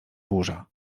burza